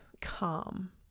calm